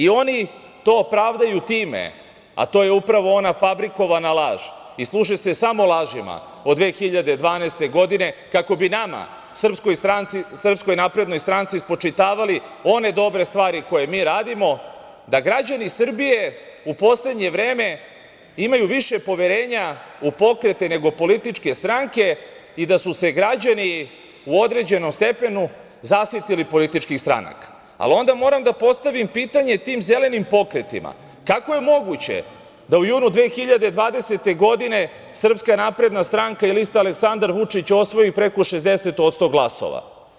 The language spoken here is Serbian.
Oni to pravdaju time, a to je upravo ona fabrikovana laž i služi se samo lažima od 2012. godine kako bi nama Srpskoj naprednoj stranci spočitavali one dobre stvari koje mi radimo da građani Srbije u poslednje vreme imaju više poverenja u pokrete nego u političke stranke i da su se građani u određenom stepenu zasitili političkih stranaka, ali onda moram da postavim pitanje tim zelenim pokretima – kako je moguće da u junu 2020. godine Srpska napredna stranka i lista Aleksandar Vučić osvoji preko 60% glasova?